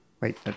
Wait